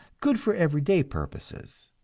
good for everyday purposes.